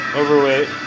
overweight